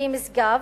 שהיא משגב,